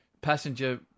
passenger